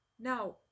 Now